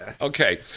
Okay